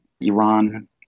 Iran